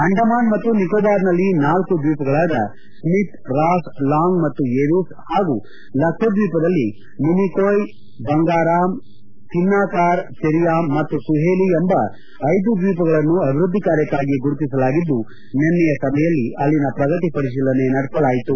ಅಂಡಮಾನ್ ಮತ್ತು ನಿಕೋಬಾರ್ ನಲ್ಲಿ ನಾಲ್ಕು ದ್ವೀಪಗಳಾದ ಸ್ಕಿತ್ ರಾಸ್ ಲಾಂಗ್ ಮತ್ತು ಏವಿಸ್ ಹಾಗೂ ಲಕ್ಷದ್ವೀಪದಲ್ಲಿ ಮಿನಿಕೋಯ್ ಬಂಗಾರಾಂ ಛಿನ್ನಾಕಾರ ಚೆರಿಯಾಮ್ ಮತ್ತು ಸುಹೇಲಿ ಎಂಬ ಐದು ದ್ವೀಪಗಳನ್ನು ಅಭಿವೃದ್ಧಿ ಕಾರ್ಯಕ್ಕಾಗಿ ಗುರುತಿಸಲಾಗಿದ್ದು ನಿನ್ನೆಯ ಸಭೆಯಲ್ಲಿ ಅಲ್ಲಿನ ಪ್ರಗತಿ ಪರಿಶೀಲನೆ ನಡೆಸಲಾಯಿತು